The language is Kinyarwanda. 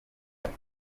ati